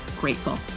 grateful